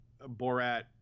Borat